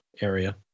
area